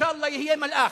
אינשאללה יהיה מלאך.